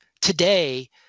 today